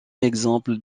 exemple